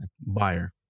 buyer